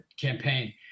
campaign